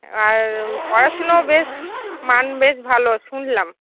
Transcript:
আর পড়াশুনোও বেশ মান বেশ ভালো শুনলাম